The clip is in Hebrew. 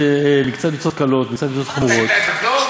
האצבע,